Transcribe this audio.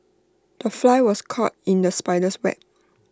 the fly was caught in the spider's web